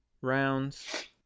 rounds